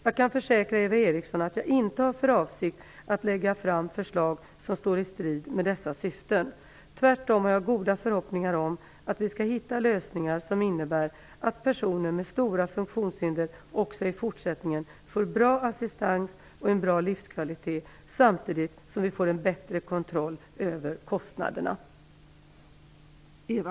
Jag kan försäkra Eva Eriksson att jag inte har för avsikt att lägga fram förslag som står i strid med dessa syften. Tvärtom har jag goda förhoppningar om att vi skall hitta lösningar som innebär att personer med stora funktionshinder också i fortsättningen får bra assistans och en bra livskvalitet samtidigt som vi får en bättre kontroll över kostnaderna.